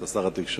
אתה שר התקשורת.